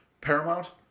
Paramount